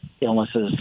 illnesses